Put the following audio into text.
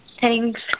Thanks